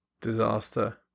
Disaster